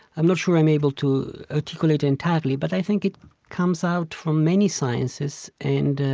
i'm not sure i'm able to articulate entirely, but i think it comes out from many sciences and,